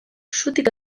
zutik